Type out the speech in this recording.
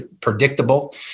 predictable